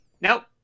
Nope